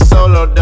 Solo